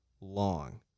long